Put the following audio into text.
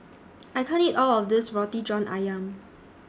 I can't eat All of This Roti John Ayam